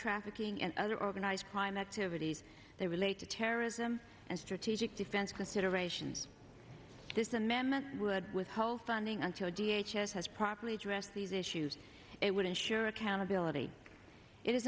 trafficking and other organized crime activities they relate to terrorism and strategic defense considerations this amendment would withhold funding until d h as has properly addressed these issues it would ensure accountability i